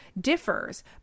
differs